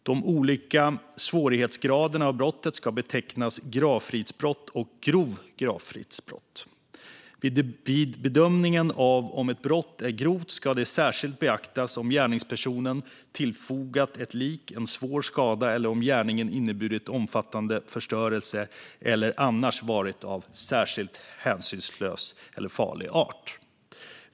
De olika svårhetsgraderna av brottet ska betecknas gravfridsbrott och grovt gravfridsbrott. Vid bedömningen av om ett brott är grovt ska det särskilt beaktas om gärningspersonen tillfogat ett lik svår skada eller om gärningen inneburit omfattande förstörelse eller annars varit av särskilt hänsynslös eller farlig art.